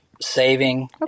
saving